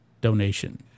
donation